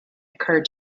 occurred